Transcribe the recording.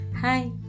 Hi